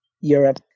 Europe